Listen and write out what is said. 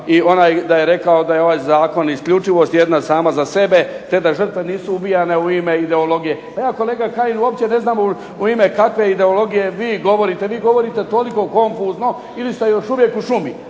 i onaj da je rekao da je ova Zakon isključivost sama za sebe, te da žrtve nisu ubijane u ime ideologije. Pa ja kolega Kajin uopće ne znam u ime kakve ideologije vi govorite, vi govorite toliko konfuzno ili ste još uvijek u šumi.